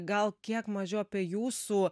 gal kiek mažiau apie jūsų